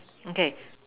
okay